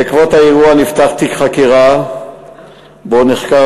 בעקבות האירוע נפתח תיק חקירה שבו נחקר